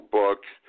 books